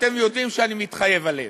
אתם יודעים שאני מתחייב עליהם.